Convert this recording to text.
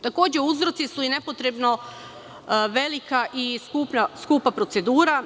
Takođe, uzroci i nepotrebno velika i skupa procedura.